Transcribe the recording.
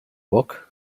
book